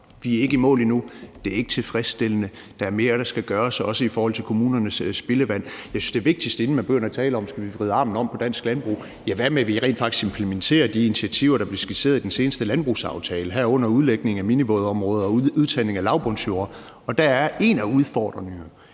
vi er ikke i mål endnu, det er ikke tilfredsstillende, og der er mere, der skal gøres, også i forhold til kommunernes spildevand. Jeg synes, det vigtigste, inden man begynder at tale om, om vi skal vride armen om på dansk landbrug, er, at vi rent faktisk implementerer de initiativer, der bliver skitseret i den seneste landbrugsaftale, herunder udlægning af minivådområder og udtagning af lavbundsjorder. Der er en af udfordringerne,